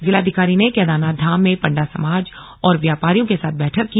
जिलाधिकारी ने केदारनाथ धाम में पण्डा समाज और व्यापारियों के साथ बैठक की